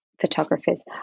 photographers